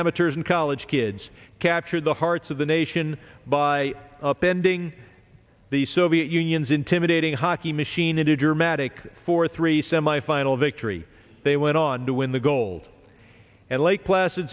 amateurs and college kids captured the hearts of the nation by appending the soviet union's intimidating hockey machine into a dramatic four three semifinal victory they went on to win the gold and lake placid